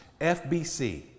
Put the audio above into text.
FBC